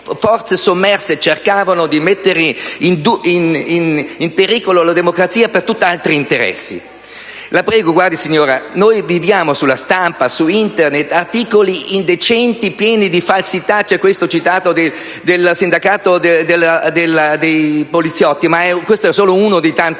forze sommerse cercavano di mettere in pericolo la democrazia per tutti altri interessi. Signora Presidente, leggiamo sulla stampa e su Internet articoli indecenti pieni di falsità. È stato citato quello del sindacato dei poliziotti, ma questo è solo uno dei tanti